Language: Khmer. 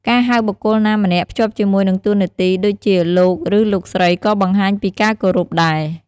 ការហៅបុគ្គលណាម្នាក់ភ្ជាប់ជាមួយនឹងតួនាទី ដូចជា លោក ឬ លោកស្រី ក៏បង្ហាញពីការគោរពដែរ។